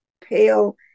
pale